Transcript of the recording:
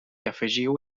afegiu